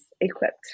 equipped